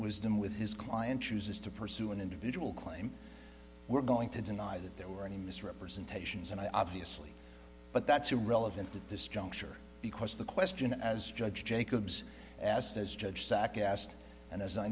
wisdom with his client chooses to pursue an individual claim we're going to deny that there were any misrepresentations and i obviously but that's irrelevant at this juncture because the question as judge jacobs asked as judge sac asked and as i